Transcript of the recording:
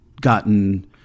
gotten